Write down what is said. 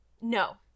No